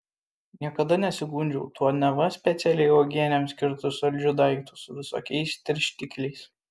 niekada nesigundžiau tuo neva specialiai uogienėms skirtu saldžiu daiktu su visokiais tirštikliais